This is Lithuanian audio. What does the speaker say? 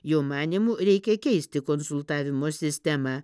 jo manymu reikia keisti konsultavimo sistemą